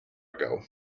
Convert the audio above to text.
ago